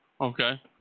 Okay